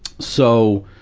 so,